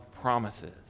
promises